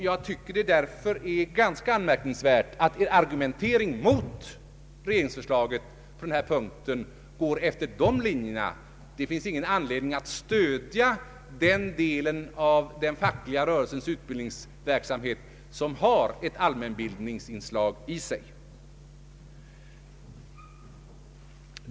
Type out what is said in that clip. Jag tycker därför att det är ganska anmärkningsvärt att er argumentering mot regeringsförslaget på denna punkt går efter dessa linjer, att det inte finns någon anledning att stödja den del av den fackliga rörelsens utbildningsverksamhet som i sig har ett allmänbildningsinslag.